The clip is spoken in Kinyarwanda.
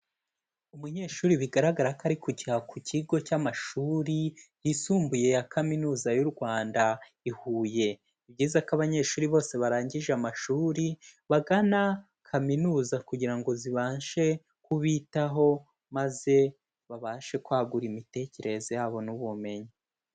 Umunyeshuri bigaragara ko ari kujya ku kigo cy'amashuri, yisumbuye ya Kaminuza y'u Rwanda i Huye. Ni byiza ko abanyeshuri bose barangije amashuri bagana kaminuza kugira ngo zibashe kubitaho maze babashe kwagura imitekerereze yabo n'ubumenyi.